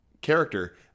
character